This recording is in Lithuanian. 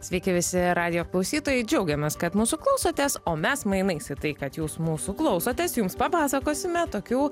sveiki visi radijo klausytojai džiaugiamės kad mūsų klausotės o mes mainais į tai kad jūs mūsų klausotės jums papasakosime tokių